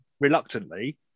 reluctantly